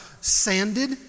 Sanded